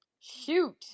Shoot